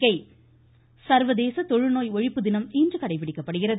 தொழு நோய் ஒழிப்பு தினம் சர்வதேச தொழுநோய் ஒழிப்பு தினம் இன்று கடைப்பிடிக்கப்படுகிறது